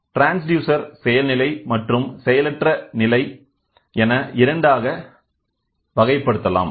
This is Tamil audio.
ட்ரான்ஸ்டியூசர் செயல் நிலை மற்றும் செயலற்ற நிலை என இரண்டாக வகைப்படுத்தலாம்